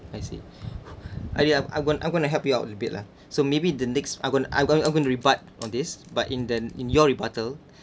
I see I think I I gonna I gonna help you out a bit lah so maybe the next I gonna I going going to rebut on this but in the in your rebuttal